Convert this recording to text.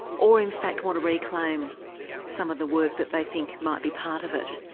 or in fact want to reclaim some of the work that they think might be part of it?